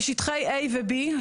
בשטחי A ו-B,